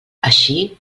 així